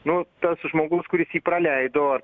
nu tas žmogus kuris jį praleido